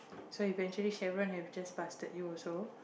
so eventually Cheryl has just busted you also